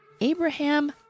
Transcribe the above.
Abraham